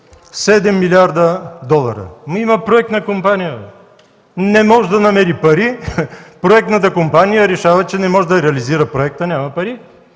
милиарда долара! Има проектна компания. Не може да намери пари, проектната компания решава, че не може да реализира проекта – няма пари.